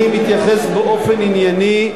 מה עם, אני מתייחס באופן ענייני,